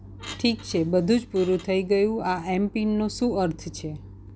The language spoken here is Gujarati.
ઠીક છે બધું જ પૂરું થઇ ગયું આ એમપીનનો શું અર્થ છે